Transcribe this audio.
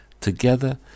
Together